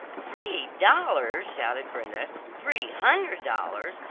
three dollars! shouted brenda, three hundred dollars,